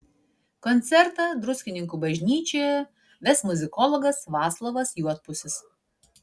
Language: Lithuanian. koncertą druskininkų bažnyčioje ves muzikologas vaclovas juodpusis